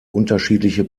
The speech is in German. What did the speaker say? unterschiedliche